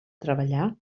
treballar